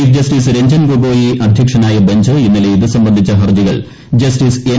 chief justice Ranjan Gogoi അധ്യക്ഷനായ bench ഇന്നലെ ഇതു സംബന്ധിച്ച ഹർജികൾ ജസ്റ്റിസ് എൻ